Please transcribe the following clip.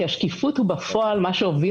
כי השקיפות היא בפועל מה שהוביל